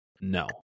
No